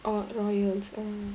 orh royals